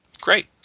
Great